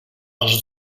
els